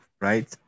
right